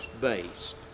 based